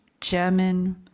German